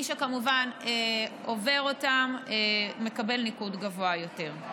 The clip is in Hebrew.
כמובן, מי שעובר אותם מקבל ניקוד גבוה יותר.